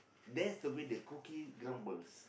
that's the way the cookie grumbles